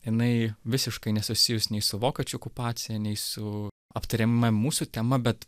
jinai visiškai nesusijus nei su vokiečių okupacija nei su aptariama mūsų tema bet